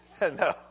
No